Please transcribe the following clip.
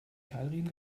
keilriemen